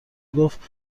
گفته